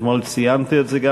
אתמול ציינתי את זה,